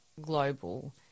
global